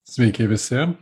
sveiki visi